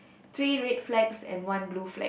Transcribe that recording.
three red flags and one blue flag